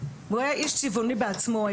הוא היה איש צבעוני בעצמו,